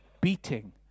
beating